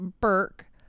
Burke